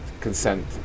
consent